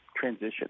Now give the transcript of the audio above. transition